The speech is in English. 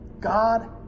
God